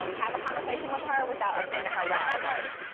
um have a conversation with her without offending her while at work?